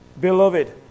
beloved